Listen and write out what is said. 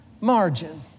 Margin